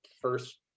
first